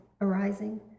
arising